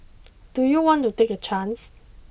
do you want to take a chance